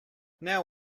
now